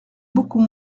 beaucoup